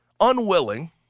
unwilling